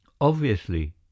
Obviously